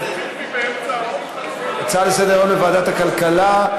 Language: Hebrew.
לוועדת הכלכלה.